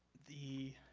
the